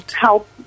help